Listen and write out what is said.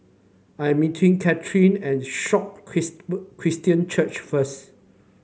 I'm meeting Caitlynn at Sion Christian Church first